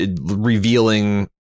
revealing